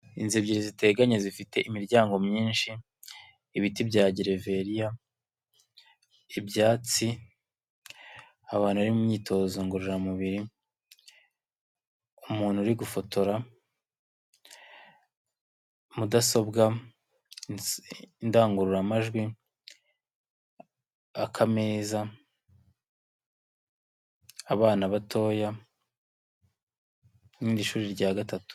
Inzu ebyiri ziteganye zifite imiryango myinshi, ibiti byagereveriya, ibyatsi, abantu bari mu myitozo ngororamubiri, umuntu uri gufotora, mudasobwa, indangururamajwi, akameza, abana batoya, ni rindi shuri rya gatatu.